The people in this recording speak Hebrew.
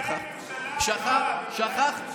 שכחתי.